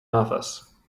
office